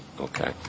Okay